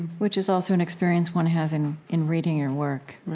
which is also an experience one has in in reading your work.